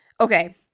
Okay